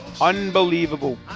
unbelievable